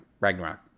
Ragnarok